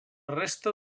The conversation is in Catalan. resta